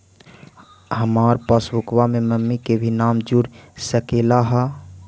हमार पासबुकवा में मम्मी के भी नाम जुर सकलेहा?